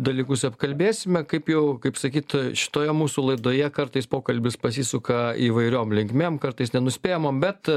dalykus apkalbėsime kaip jau kaip sakyt šitoje mūsų laidoje kartais pokalbis pasisuka įvairiom linkmėm kartais nenuspėjamom bet